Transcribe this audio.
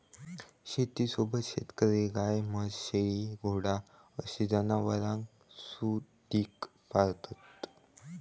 शेतीसोबतच शेतकरी गाय, म्हैस, शेळी, घोडा अशी जनावरांसुधिक पाळतत